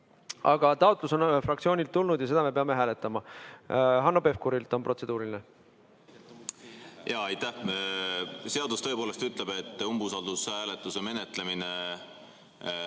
Aga taotlus on fraktsioonilt tulnud ja seda me peame hääletama. Hanno Pevkuril on protseduuriline küsimus. Jaa, aitäh! Seadus tõepoolest ütleb, et umbusaldushääletuse menetlemine